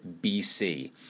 BC